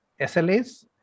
SLAs